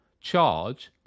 charge